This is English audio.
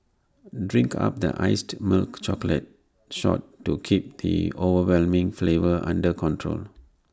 drink up the iced milk chocolate shot to keep the overwhelming flavour under control